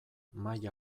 maila